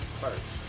first